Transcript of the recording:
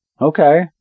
Okay